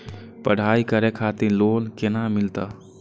पढ़ाई करे खातिर लोन केना मिलत?